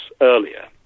earlier